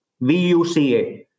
V-U-C-A